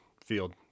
Field